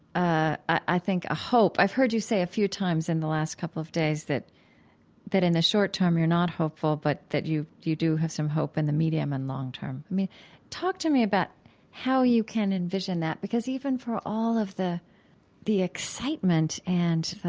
i think, a hope. i've heard you say a few times in the last couple of days that that in the short term, you're not hopeful, but that you you do have some hope in and the medium and long term. talk to me about how you can envision that, because even for all of the the excitement and